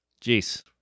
Jeez